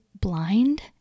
blind